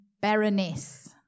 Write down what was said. baroness